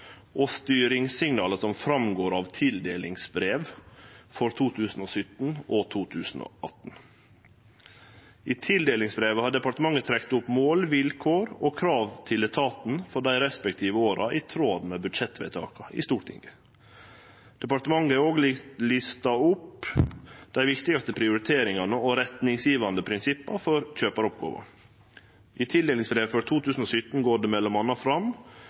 og styringssignala som går fram av tildelingsbrev for 2017 og 2018. I tildelingsbreva har departementet trekt opp mål, vilkår og krav til etaten for dei respektive åra i tråd med budsjettvedtaka i Stortinget. Departementet har òg lista opp dei viktigaste prioriteringane og retningsgjevande prinsippa for kjøparoppgåva. I tildelingsbrevet for 2017 går det m.a. fram